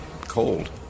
cold